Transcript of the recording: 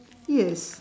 yes